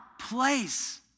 place